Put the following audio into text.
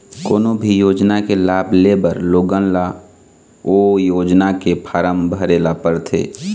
कोनो भी योजना के लाभ लेबर लोगन ल ओ योजना के फारम भरे ल परथे